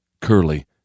curly